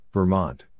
Vermont